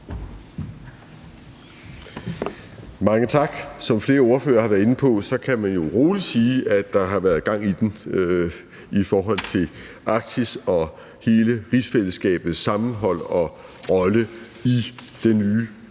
Mange tak. Som flere ordførere har været inde på, kan man jo roligt sige, at der har været gang i den i forhold til Arktis og i hele rigsfællesskabets sammenhold og rolle i den nye